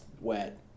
wet